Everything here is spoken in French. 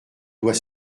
doit